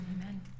Amen